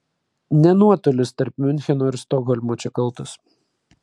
ne nuotolis tarp miuncheno ir stokholmo čia kaltas